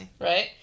Right